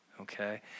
Okay